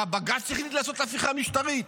מה, בג"ץ החליט לעשות הפיכה משטרית?